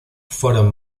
fueron